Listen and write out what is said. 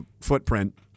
footprint